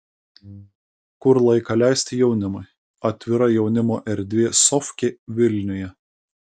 kur laiką leisti jaunimui atvira jaunimo erdvė sofkė vilniuje